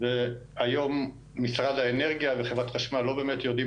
והיום משרד האנרגיה וחברת חשמל לא באמת יודעים